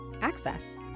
access